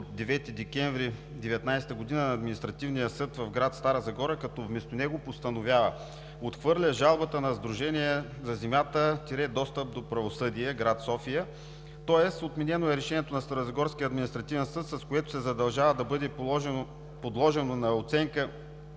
от 9 декември 2019 г. на Административен съд в гр. Стара Загора, като вместо него постановява: „Отхвърля жалбата на Сдружение „За Земята – достъп до правосъдие“ – гр. София. Тоест, отменено е решението на Старозагорския административен съд, с което се задължава да бъде подложено на оценка